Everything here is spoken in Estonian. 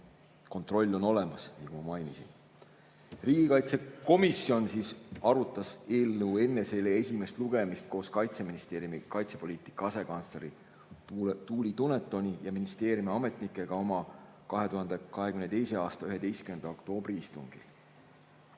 Kontroll on olemas, nagu ma mainisin. Riigikaitsekomisjon arutas eelnõu enne selle esimest lugemist koos Kaitseministeeriumi kaitsepoliitika asekantsleri Tuuli Dunetoni ja ministeeriumi ametnikega oma 2022. aasta 11. oktoobri istungil.